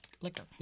liquor